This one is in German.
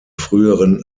früheren